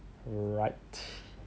right